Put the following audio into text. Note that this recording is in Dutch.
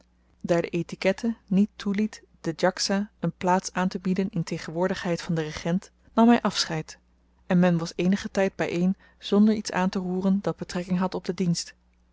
daar de etikette niet toeliet den djaksa een plaats aantebieden in tegenwoordigheid van den regent nam hy afscheid en men was eenigen tyd by een zonder iets aanteroeren dat betrekking had op den dienst